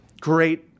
Great